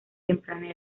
temprana